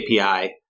API